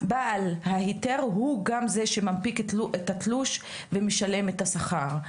בעל ההיתר הוא גם זה שמנפיק את התלוש ומשלם את השכר.